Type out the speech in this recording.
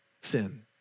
sin